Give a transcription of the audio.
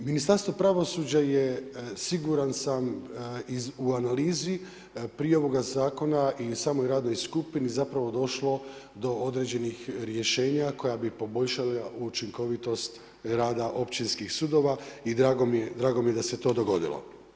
Ministarstvo pravosuđa je siguran sam u analizi prije ovoga zakona i u samoj radnoj skupni došlo do određenih rješenja koja bi poboljšala učinkovitost rada općinskih sudova i drago mi je da se to dogodilo.